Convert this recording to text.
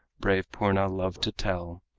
brave purna loved to tell,